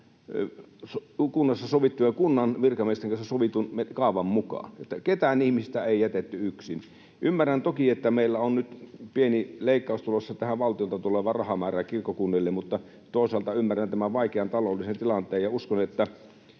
yhdessä Ilomantsin kunnan virkamiesten kanssa sovitun kaavan mukaan. Ketään ihmistä ei jätetty yksin. Ymmärrän toki, että meillä on nyt pieni leikkaus tulossa valtiolta tulevaan rahamäärään kirkkokunnille, mutta toisaalta ymmärrän tämän vaikean taloudellisen tilanteen ja uskon, että